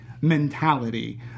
mentality